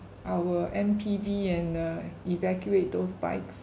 our M_P_V and uh evacuate those bikes